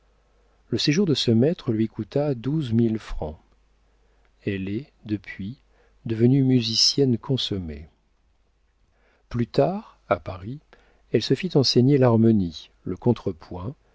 le séjour de ce maître lui coûta douze mille francs elle est depuis devenue musicienne consommée plus tard à paris elle se fit enseigner l'harmonie le contre point